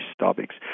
topics